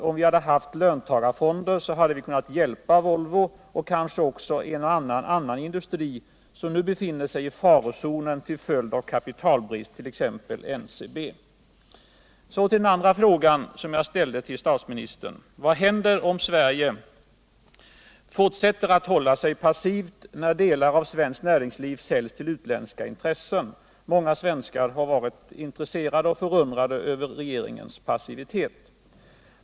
Om vi hade haft löntagarfonder hade vi kunnat hjälpa Volvo och kanske också en och annan annan industri, som nu befinner sig i farozonen till följd av kapitalbrist, t.ex. NCB. Så till den andra frågan som jag ställt till statsministern: Vad händer om Sverige fortsätter att hålla sig passivt när delar av svenskt näringsliv säljs till utländska intressen? Många svenskar har varit förundrade över regeringens passivitet.